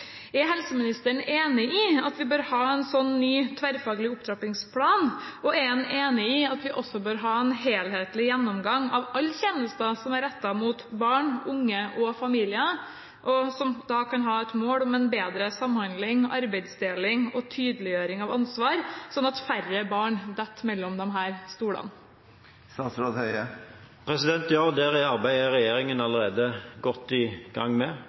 Er helseministeren enig i at vi bør ha en slik ny tverrfaglig opptrappingsplan? Og er han enig i at vi også bør ha en helhetlig gjennomgang av alle tjenester som er rettet mot barn, unge og familier, med mål om en bedre samhandling, arbeidsdeling og tydeliggjøring av ansvar, slik at færre barn faller mellom disse stolene? Ja, og det arbeidet er regjeringen allerede godt i gang med.